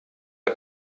der